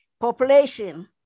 population